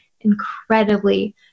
incredibly